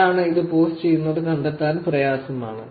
ആരാണ് ഇത് പോസ്റ്റ് ചെയ്തതെന്ന് കണ്ടെത്താൻ പ്രയാസമാണ്